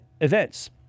events